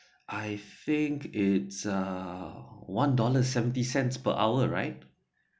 I think it's a one dollar seventy cents per hour right